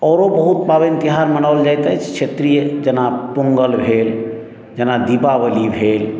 आओरो बहुत पाबनि तिहार मनाओल जाइत अछि क्षेत्रीय जेना पोङ्गल भेल जेना दीपावली भेल